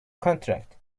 contract